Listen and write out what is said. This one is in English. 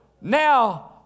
now